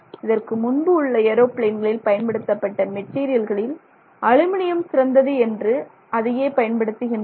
இதற்கு முன்பு உள்ள ஏரோபிளேன்களில் பயன்படுத்தப்பட்ட மெட்டீரியல்கள்களில் அலுமினியம் சிறந்தது என்று அதையே பயன்படுத்துகின்றனர்